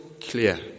clear